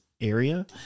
area